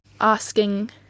asking